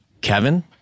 Kevin